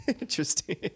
interesting